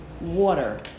water